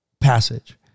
passage